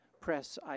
press